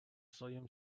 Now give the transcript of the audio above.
своем